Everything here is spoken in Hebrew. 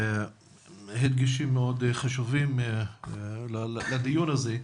דגשים מאוד חשובים לדיון הזה.